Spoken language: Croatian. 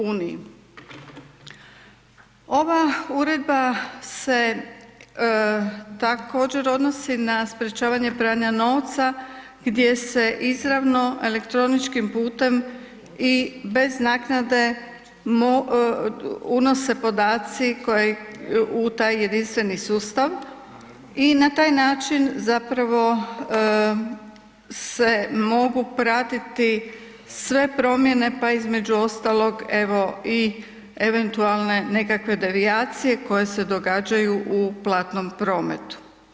Ova uredba se također odnosi na sprečavanje pranja novca gdje se izravno elektroničkim putem i bez naknade unose podaci u taj jedinstveni sustav i na taj način zapravo se mogu pratiti sve promijene, pa između ostalog evo i eventualne nekakve devijacije koje se događaju u platnom prometu.